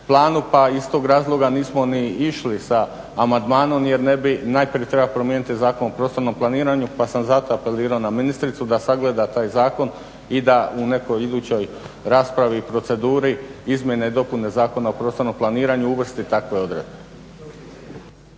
planu pa iz tog razloga nismo ni išli sa amandmanom jer najprije treba promijeniti Zakon o prostornom planiranju pa sam zato apelirao na ministricu da sagleda taj zakon i da u nekoj idućoj raspravi, proceduri izmjene i dopune Zakona o prostornom planiranju uvrsti takve odredbe.